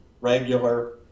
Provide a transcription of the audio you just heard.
Regular